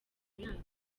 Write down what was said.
yanyu